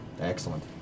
Excellent